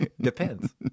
Depends